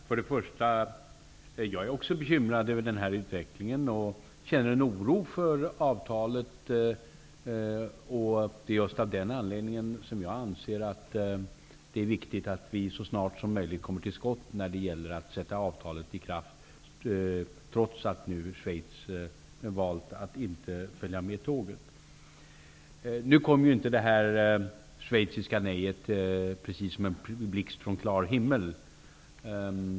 Herr talman! Jag är också bekymrad över den här utvecklingen. Jag känner en oro för avtalet. Det är just av den anledningen som jag anser att det är viktigt att vi så snart som möjligt kommer till skott när det gäller att sätta avtalet i kraft, trots att Schweiz valt att inte följa med tåget. Nu kom inte detta schweiziska nej som en blixt från klar himmel.